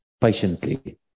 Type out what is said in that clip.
patiently